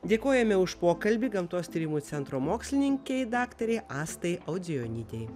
dėkojame už pokalbį gamtos tyrimų centro mokslininkė daktarei asta audzijonytei